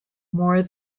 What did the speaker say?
more